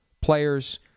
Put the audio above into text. players